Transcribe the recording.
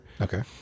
Okay